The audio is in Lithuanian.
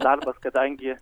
darbas kadangi